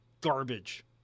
garbage